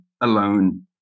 alone